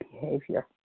behavior